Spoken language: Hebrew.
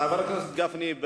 חבר הכנסת גפני,